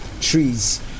trees